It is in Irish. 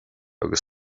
agus